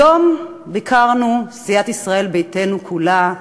היום ביקרנו, סיעת ישראל ביתנו כולה,